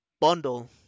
bundle